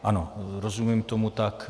Ano, rozumím tomu tak.